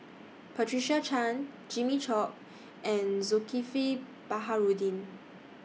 Patricia Chan Jimmy Chok and Zulkifli Baharudin